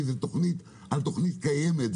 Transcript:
כי זה תוכנית על תוכנית קיימת,